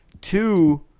two